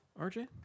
RJ